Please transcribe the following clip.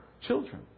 children